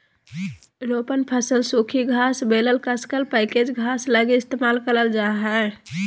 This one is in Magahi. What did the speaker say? रोपण फसल सूखी घास बेलर कसकर पैकेज घास लगी इस्तेमाल करल जा हइ